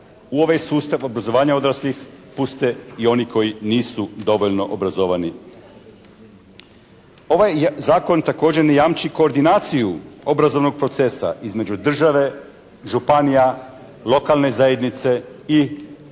u ovaj sustav obrazovanja odraslih puste i oni koji nisu dovoljno obrazovani. Ovaj zakon također ne jamči koordinaciju obrazovnog procesa između države, županija, lokalne zajednice i